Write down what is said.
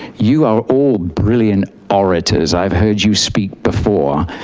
you are all brilliant orators, i've heard you speak before.